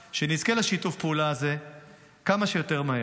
שנזכה לשיתוף הפעולה הזה כמה שיותר מהר.